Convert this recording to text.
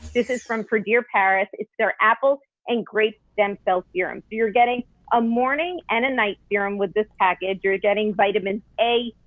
this is from predire paris, it's their apple and grape stem cell serum. so but you're getting a morning and a night serum with this package. you're getting vitamins a,